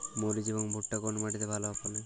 মরিচ এবং ভুট্টা কোন মাটি তে ভালো ফলে?